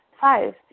Five